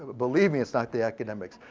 believe me, it's not the academics.